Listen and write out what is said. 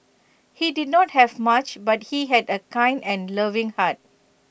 he did not have much but he had A kind and loving heart